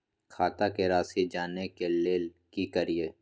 खाता के राशि जानय के लेल की करिए?